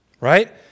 right